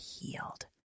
healed